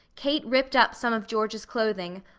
kate ripped up some of george's clothing,